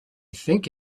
think